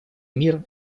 мир